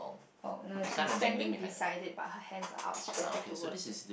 oh no she's standing beside it but her hands are outstretched towards it